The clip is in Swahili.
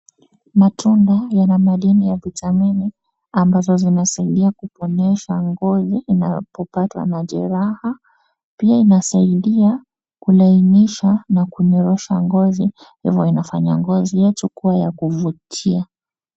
Matunda yana mandini ya kutamini ambazo zinasaidia kuponyesha ngozi inapopata majeraha. Pia inasaidia kulainisha na kunyorosha ngozi inafanya ngozi kuwa ya kuvutia.